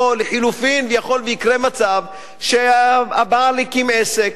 יכול שיקרה מצב שהבעל הקים עסק,